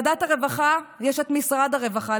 לוועדת הרווחה יש את משרד הרווחה,